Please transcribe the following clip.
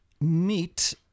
meet